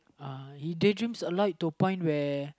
uh he daydreams a lot to the point where